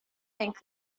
and